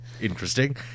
interesting